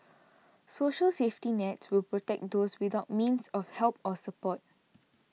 social safety nets will protect those without means of help or support